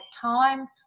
time